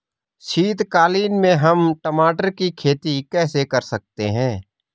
शीतकालीन में हम टमाटर की खेती कैसे कर सकते हैं?